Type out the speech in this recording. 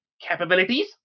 capabilities